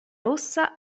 rossa